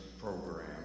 program